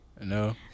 No